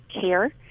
care